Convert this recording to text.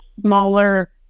smaller